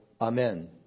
Amen